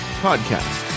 podcast